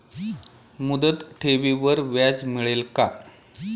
मुदत ठेवीवर व्याज मिळेल का?